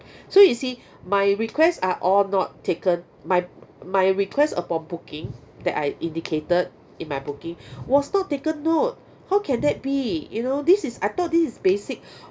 so you see my requests are all not taken my my request upon booking that I indicated in my booking was not taken note how can that be you know this is I thought this is basic